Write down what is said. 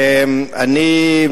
אני,